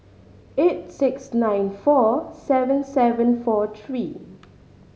eight six nine four seven seven four three